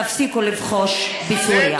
תפסיקו לבחוש בסוריה.